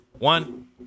One